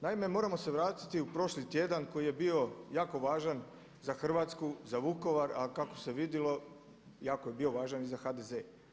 Naime, moramo se vratiti u prošli tjedan koji je bio jako važan za Hrvatsku, za Vukovar, a kako se vidilo jako je bio važan i za HDZ.